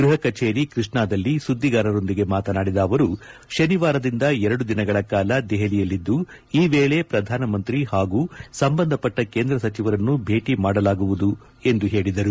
ಗೃಹ ಕಚೇರಿ ಕೃಷ್ಣದಲ್ಲಿ ಸುದ್ದಿಗಾರರೊಂದಿಗೆ ಮಾತನಾಡಿದ ಅವರು ಶನಿವಾರದಿಂದ ಎರಡು ದಿನಗಳ ಕಾಲ ದೆಹಲಿಯಲ್ಲಿದ್ದು ಈ ವೇಳೆ ಪ್ರಧಾನ ಮಂತ್ರಿ ಹಾಗೂ ಸಂಬಂಧಪಟ್ವ ಕೇಂದ್ರ ಸಚಿವರನ್ನು ಭೇಟಿ ಮಾಡಲಾಗುವುದು ಎಂದು ಹೇಳಿದರು